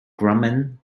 grumman